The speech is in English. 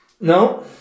No